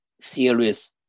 serious